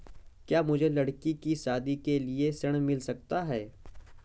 क्या मुझे लडकी की शादी के लिए ऋण मिल सकता है?